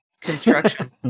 construction